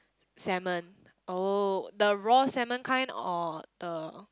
salmon oh the raw salmon kind or the